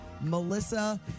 Melissa